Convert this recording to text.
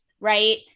right